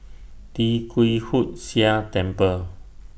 Tee Kwee Hood Sia Temple